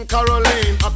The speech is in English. Caroline